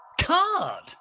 card